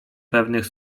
pewnych